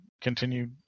continue